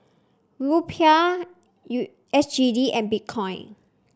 Rupiah U S G D and Bitcoin